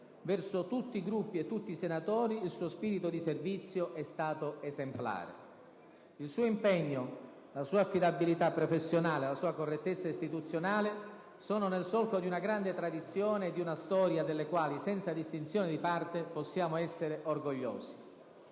Verso tutti i Gruppi e i tutti i senatori il suo spirito di servizio è stato esemplare. Il suo impegno, la sua affidabilità professionale, la sua correttezza istituzionale sono nel solco di una grande tradizione e di una storia delle quali, senza distinzione di parte, possiamo essere orgogliosi.